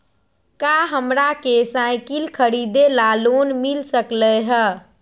का हमरा के साईकिल खरीदे ला लोन मिल सकलई ह?